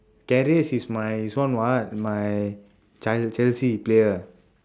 karius is my this one what, my chel~ chelsea player